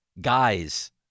guys